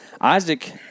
Isaac